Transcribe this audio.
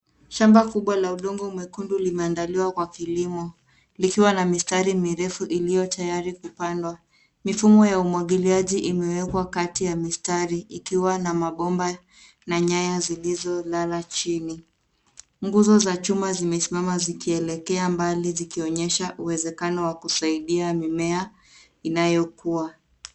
Shamba kubwa la udongo mwekundu limeandaliwa kwa kilimo likiwa na mistari mirefu iliyo tayari kupandwa. Mifumo ya umwagiliaji imewekwa kati ya mistari ikiwa na mabomba na nyaya zilizolala chini. Nguzo za chuma zimelala zikielekea mbali zikionyesha uwezekano wa kusaidia mimea inayokua.